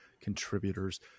contributors